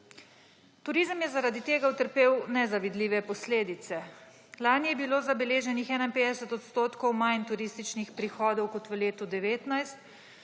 Turizem je zaradi tega utrpel nezavidljive posledice. Lani je bilo zabeleženih 51 % manj turističnih prihodov kot v letu 2019